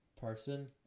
person